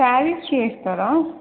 saris చేయిస్తారా